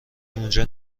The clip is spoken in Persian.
اونجا